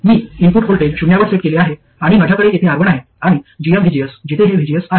मी input voltage शून्यावर set केले आहे आणि माझ्याकडे येथे R1 आहे आणि gmvgs जिथे हे vgs आहे